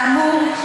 כאמור,